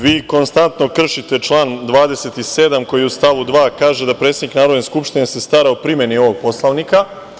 Vi konstantno kršite član 27. koji u stavu 2. kaže da predsednik Narodne skupštine se stara o primeni ovog Poslovnika.